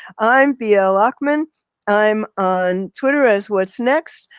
i'm b l. ochman i'm on twitter as whatsnext.